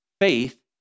faith